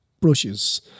brushes